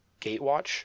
Gatewatch